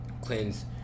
cleanse